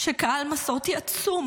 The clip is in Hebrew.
שקהל מסורתי עצום